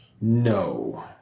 No